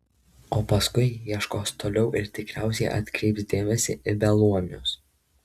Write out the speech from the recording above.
o paskui ieškos toliau ir tikriausiai atkreips dėmesį į beluomius